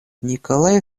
николай